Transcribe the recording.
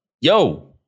yo